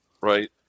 right